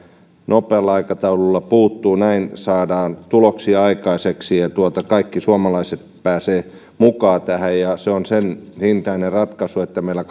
nopealla aikataululla puuttua näin saadaan tuloksia aikaiseksi ja kaikki suomalaiset pääsevät mukaan tähän ja se on sen hintainen ratkaisu että meillä